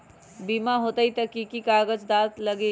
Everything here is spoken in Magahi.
बिमा होई त कि की कागज़ात लगी?